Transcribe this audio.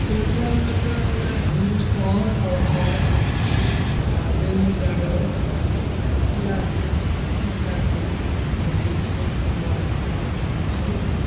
पेपरमे तऽ वएह हिन्दुस्तान प्रभात आओर दैनिक जागरण इएह तीन चारि टाके देखै छिए बहुलता एहिठाम छै